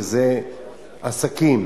שזה עסקים,